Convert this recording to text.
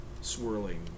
swirling